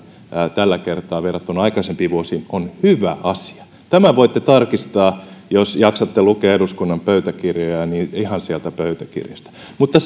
tällä kertaa verrattuna aikaisempiin vuosiin on hyvä asia tämän voitte tarkistaa jos jaksatte lukea eduskunnan pöytäkirjoja ihan sieltä pöytäkirjasta mutta